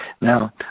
Now